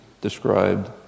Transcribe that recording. described